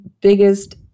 biggest